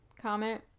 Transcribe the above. comment